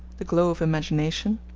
the glow of imagination,